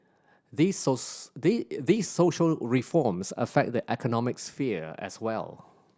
these these social reforms affect the economic sphere as well